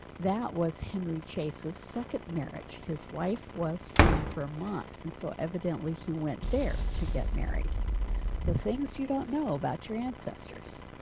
that was henry chase's second marriage. his wife was from vermont and so evidently he went there to get married the things you don't know about your ancestors.